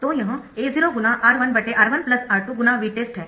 तो यह A0 x R1R1 R2×Vtest है